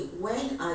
sunday